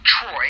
troy